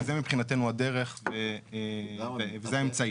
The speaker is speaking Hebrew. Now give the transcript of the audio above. וזה מבחינתנו הדרך וזה האמצעי.